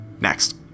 Next